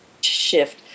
shift